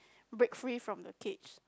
break free from the cage